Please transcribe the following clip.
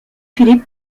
philip